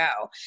go